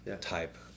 type